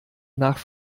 nach